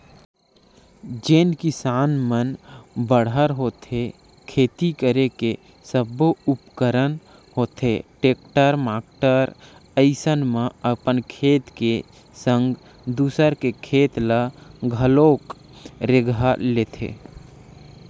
जेन किसान मन बड़हर होथे खेती करे के सब्बो उपकरन होथे टेक्टर माक्टर अइसन म अपन खेत के संग दूसर के खेत ल घलोक रेगहा लेथे